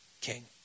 king